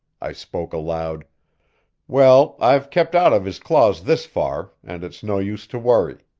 i spoke aloud well, i've kept out of his claws this far, and it's no use to worry.